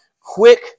quick